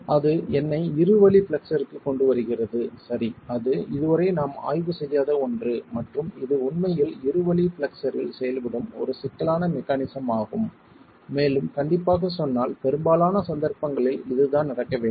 அது என்னை இருவழி பிளெக்ஸ்ஸர்க்குக் கொண்டுவருகிறது சரி அது இதுவரை நாம் ஆய்வு செய்யாத ஒன்று மற்றும் இது உண்மையில் இருவழி பிளெக்ஸ்ஸர்ரில் செயல்படும் ஒரு சிக்கலான மெக்கானிசம் ஆகும் மேலும் கண்டிப்பாகச் சொன்னால் பெரும்பாலான சந்தர்ப்பங்களில் இதுதான் நடக்க வேண்டும்